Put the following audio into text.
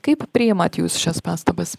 kaip priimat jūs šias pastabas